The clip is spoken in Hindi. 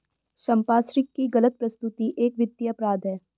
संपार्श्विक की गलत प्रस्तुति एक वित्तीय अपराध है